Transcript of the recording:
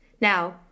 Now